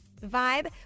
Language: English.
vibe